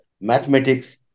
mathematics